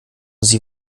sie